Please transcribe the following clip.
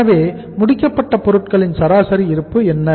எனவே முடிக்கப்பட்ட பொருட்களின் சராசரி இருப்பு என்ன